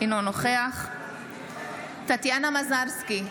אינו נוכח טטיאנה מזרסקי,